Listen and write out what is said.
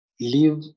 live